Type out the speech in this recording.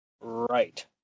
Right